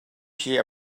she